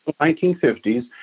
1950s